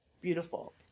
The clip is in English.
beautiful